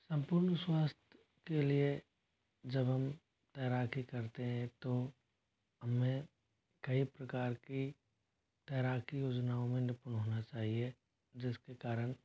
संपूर्ण स्वास्थ्य के लिए जब हम तैराकी करते हैं तो हमे कई प्रकार की तैराकी योजनाओं में निपूर्ण होना चाहिए जिसके कारण